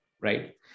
right